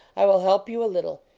i will help you a little,